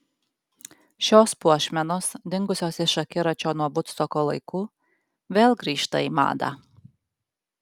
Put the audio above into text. šios puošmenos dingusios iš akiračio nuo vudstoko laikų vėl grįžta į madą